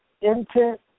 intent